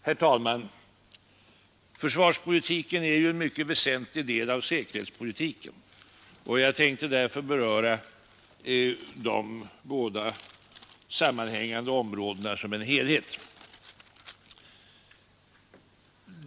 Herr talman! Försvarspolitiken är ju en mycket väsentlig del av säkerhetspolitiken, och jag tänkte därför beröra de båda sammanhängande områdena som en helhet.